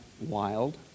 wild